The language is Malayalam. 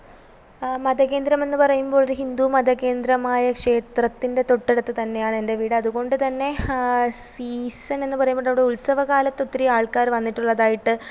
മതകേന്ദ്രം എന്ന് പറയുമ്പോൾ ഒരു ഹിന്ദു മതകേന്ദ്രമായ ക്ഷേത്രത്തിൻ്റെ തൊട്ടടുത്ത് തന്നെയാണ് എൻ്റെ വീട് അതുകൊണ്ടുതന്നെ സീസൺ എന്ന് പറയുമ്പോൾ അവിടെ ഉത്സവകാലത്ത് ഒത്തിരി ആൾക്കാർ വന്നിട്ടുള്ളതായിട്ട്